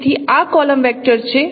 તેથી આ column vector છે